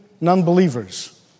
non-believers